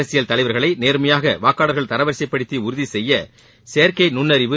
அரசியல் தலைவர்களை நேர்மையாக வாக்காளர்கள் தரவரிசைபடுத்துவதை உறுதி செய்ய செயற்கை நுண்ணறிவு